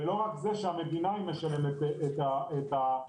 ולא רק זה שהמדינה משלמת את התשלום,